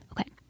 okay